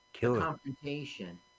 confrontation